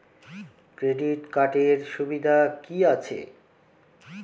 Credit কার্ডের সুবিধা কি আছে?